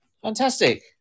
Fantastic